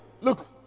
Look